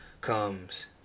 comes